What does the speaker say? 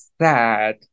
sad